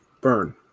Burn